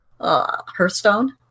Hearthstone